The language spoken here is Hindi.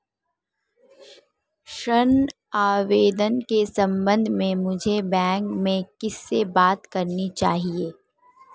ऋण आवेदन के संबंध में मुझे बैंक में किससे बात करनी चाहिए?